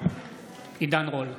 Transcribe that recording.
עידן רול,